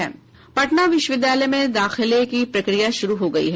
पटना विश्वविद्यालय में दाखिले की प्रक्रिया शुरू हो गयी है